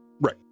Right